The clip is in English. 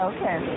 Okay